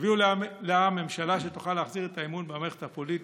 תביאו לעם ממשלה שתוכל להחזיר את האמון במערכת הפוליטית.